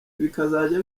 bikazajya